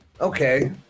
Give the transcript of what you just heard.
Okay